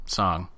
song